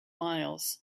miles